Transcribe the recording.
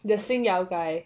the 新谣 guy